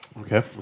Okay